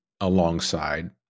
alongside